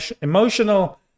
emotional